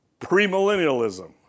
premillennialism